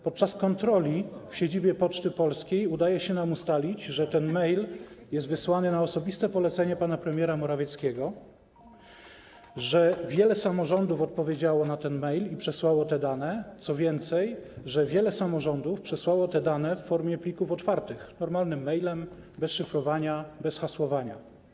Podczas kontroli w siedzibie Poczty Polskiej udaje się nam ustalić, że ten mail jest wysłany na osobiste polecenie pana premiera Morawieckiego, że wiele samorządów odpowiedziało na tego maila i przesłało te dane, co więcej, że wiele samorządów przesłało te dane w formie plików otwartych, normalnym mailem, bez szyfrowania, bez hasłowania.